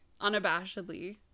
Unabashedly